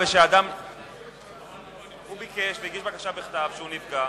הוא ביקש והגיש בקשה בכתב שהוא נפגע,